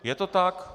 Je to tak?